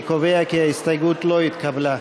אני קובע שההסתייגות לא התקבלה.